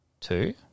two